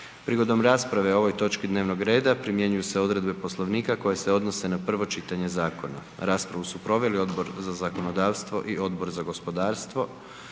Prigodom rasprave o ovoj točki dnevnog reda primjenjuju se odredbe Poslovnika koje se odnose na prvo čitanje zakona. Raspravu su proveli Odbor za zakonodavstvo i Odbor za gospodarstvo,